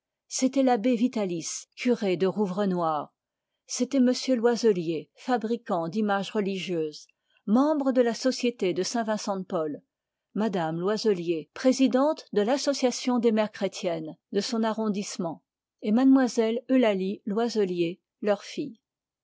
l'abbé vitalis curé de rouvrenoir c'était m loiselier fabricant d'images religieuses membre de la société de saint-vincent de paul mme loiselier présidente de l association des mères chrétiennes de son arrondissement et mlle eulalie loiselier